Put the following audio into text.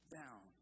down